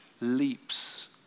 leaps